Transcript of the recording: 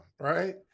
right